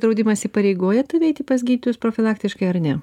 draudimas įpareigoja tave eiti pas gydytojus profilaktiškai ar ne